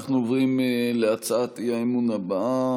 אנחנו עוברים להצעת האי-אמון הבאה,